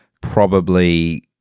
probably-